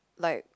like